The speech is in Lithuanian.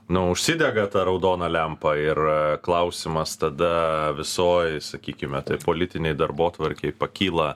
nu užsidega ta raudona lempa ir klausimas tada visoj sakykime taip politinėj darbotvarkėj pakyla